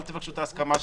אל תבקשו את ההסכמה שלי,